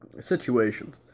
situations